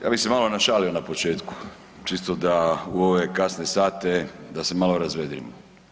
Ja bih se malo našalio na početku čisto da u ove kasne sate da se malo razvedrimo.